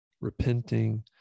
repenting